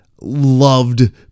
loved